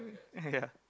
ya